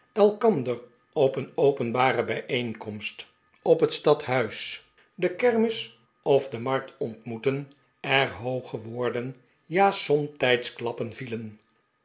elkander op een openbare bijeenkomst op het stadhuis de de pickwick club kermis of de markt ontmoetten er hooge woorden ja somtijds klappen vielen